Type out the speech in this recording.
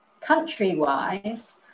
Country-wise